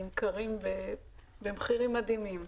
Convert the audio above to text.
נמכרים במחירים מדהימים,